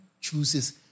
chooses